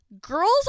girls